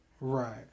Right